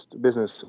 business